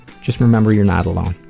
just remember you're not alone,